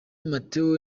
matteo